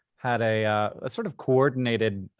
had a sort of coordinated